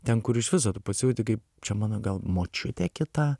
ten kur iš viso tu pasijauti kaip čia mano gal močiute kita